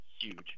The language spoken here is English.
huge